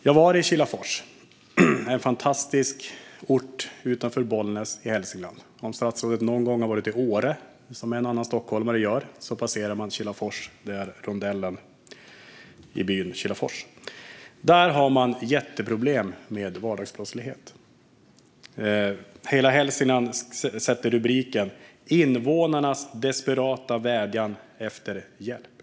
Jag var i Kilafors, som är en fantastisk ort utanför Bollnäs i Hälsingland. Om statsrådet någon gång har åkt till Åre, som en och annan stockholmare gör, vet han att man passerar rondellen i byn Kilafors. Där har man jätteproblem med vardagsbrottslighet. Tidningen Hela Hälsingland sätter rubriken: "Invånarnas desperata vädjan efter hjälp."